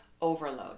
overload